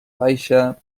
baixa